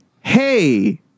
hey